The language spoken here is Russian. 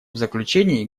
заключение